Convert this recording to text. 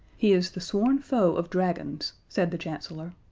he is the sworn foe of dragons, said the chancellor.